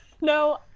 no